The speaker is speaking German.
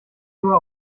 nur